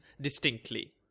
distinctly